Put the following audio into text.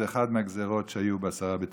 זו אחת מהגזרות שהיו בעשרה בטבת.